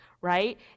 right